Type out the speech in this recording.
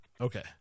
Okay